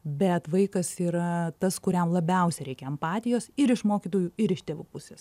bet vaikas yra tas kuriam labiausiai reikia empatijos ir iš mokytojų ir iš tėvų pusės